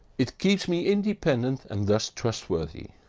it keeps me independent and thus trustworthy.